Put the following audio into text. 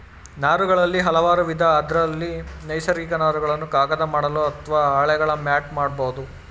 ನಾರುಗಳಲ್ಲಿ ಹಲವಾರುವಿಧ ಅದ್ರಲ್ಲಿ ನೈಸರ್ಗಿಕ ನಾರುಗಳನ್ನು ಕಾಗದ ಮಾಡಲು ಅತ್ವ ಹಾಳೆಗಳ ಮ್ಯಾಟ್ ಮಾಡ್ಬೋದು